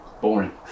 boring